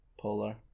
polar